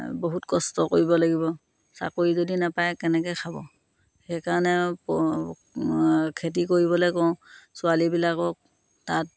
বহুত কষ্ট কৰিব লাগিব চাকৰি যদি নেপায় কেনেকৈ খাব সেইকাৰণে খেতি কৰিবলৈ কওঁ ছোৱালীবিলাকক তাত